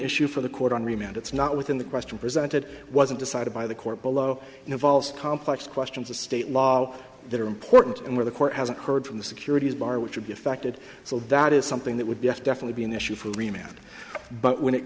issue for the court on remand it's not within the question presented wasn't decided by the court below involves complex questions of state law that are important and where the court hasn't heard from the securities bar which would be affected so that is something that would be definitely be an issue for a rematch but when it